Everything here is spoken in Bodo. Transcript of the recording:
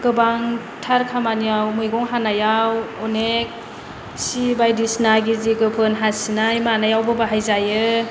गोबांथार खामानियाव मैगं हानायाव अनेख सि बायदिसिना गिजि गोफोन हासिनाय मानायावबो बाहायजायो